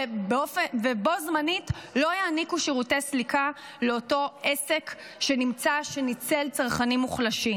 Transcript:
ובו זמנית לא יעניק שרותי סליקה לאותו עסק שניצל צרכנים מוחלשים.